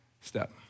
step